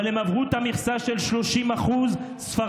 אבל הם עברו את המכסה של 30% ספרדיות,